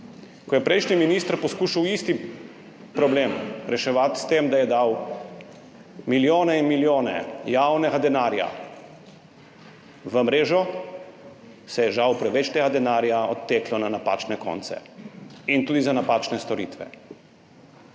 Ko je prejšnji minister poskušal isti problem reševati s tem, da je dal milijone in milijone javnega denarja v mrežo, se je žal preveč tega denarja odteklo na napačne konce in tudi za napačne storitve.